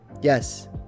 Yes